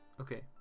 okay